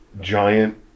giant